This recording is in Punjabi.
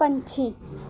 ਪੰਛੀ